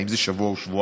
האם זה שבוע או שבועיים.